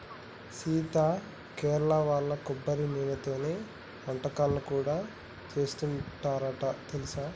సీత కేరళ వాళ్ళు కొబ్బరి నూనెతోనే వంటకాలను కూడా సేసుకుంటారంట తెలుసా